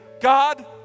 God